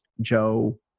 Joe